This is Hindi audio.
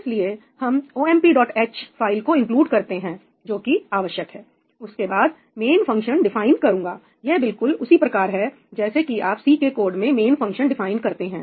इसलिए हम 'omph' फाइल को इंक्लूड करते हैं जोकि आवश्यक है उसके बाद मेन फंक्शन डिफाइन करूंगा यह बिल्कुल उसी प्रकार है जैसे कि आप 'C' के कोड में मेन फंक्शन डिफाइन करते हैं